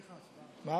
אה, כן?